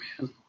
man